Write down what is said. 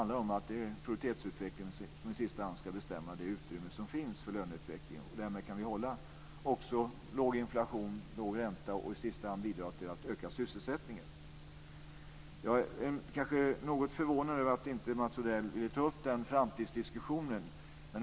Det är produktivitetsutvecklingen som i sista hand ska bestämma det utrymme som finns för löneutvecklingen. Därmed kan vi hålla låg inflation, låg ränta och i sista hand bidra till att öka sysselsättningen. Jag är kanske något förvånad över att inte Mats Odell ville ta upp den framtidsdiskussionen.